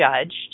judged